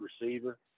receiver